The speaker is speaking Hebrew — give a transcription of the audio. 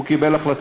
הוא קיבל החלטה.